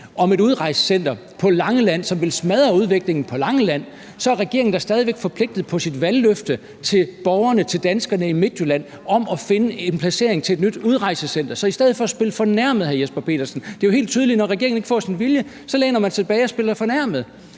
om et udrejsecenter på Langeland, som vil smadre udviklingen på Langeland, så er regeringen da stadig forpligtet på sit valgløfte til borgerne, til danskerne i Midtjylland om at finde en placering til et nyt udrejsecenter. Så lad være med at spille fornærmet, hr. Jesper Petersen. Det er jo helt tydeligt, at når regeringen ikke får sin vilje, så læner man sig tilbage og spiller fornærmet.